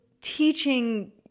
teaching